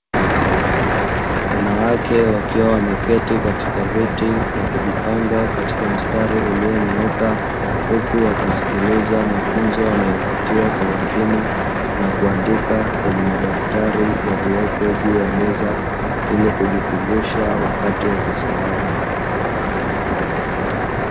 Wanawake wakiwa wameketi katika viti na kujipanga katika mstari ulionyooka huku wakisikiliza mafunzo wanayopatiwa kwa makini na kuandika kwenye madaftari yaliyopo juu ya meza ili kujikumbusha wakati wakisahau.